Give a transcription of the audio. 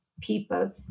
people